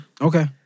Okay